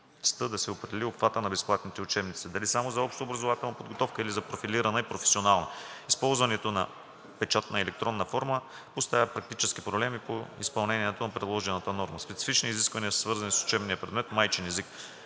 да се определи обхватът на безплатните учебници – дали само за общообразователна подготовка, или и за профилирана и професионална подготовка. Използването на печатна или електронна форма поставя практически проблеми по изпълнението на предложената норма. Специфични изисквания са свързани с учебния предмет майчин език.